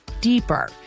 deeper